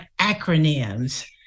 acronyms